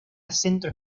centro